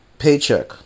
paycheck